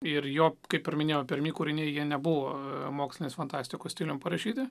ir jo kaip ir minėjau pirmi kūriniai jie nebuvo mokslinės fantastikos stilium parašyti